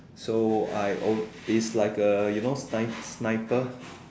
so I is like a you know sniper